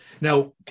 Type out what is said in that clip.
Now